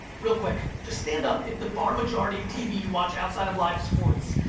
real quick. just stand up if the far majority of tv you watch outside of live sports,